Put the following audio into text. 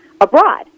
abroad